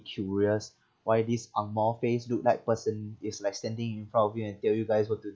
curious why this ang mo face look like person is like standing in front of you and tell you guys what to